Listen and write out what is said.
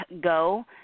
go